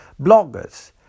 bloggers